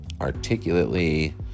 articulately